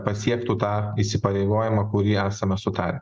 pasiektų tą įsipareigojimą kurį esame sutarę